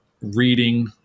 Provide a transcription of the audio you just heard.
reading